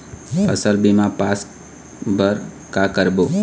फसल बीमा पास बर का करबो?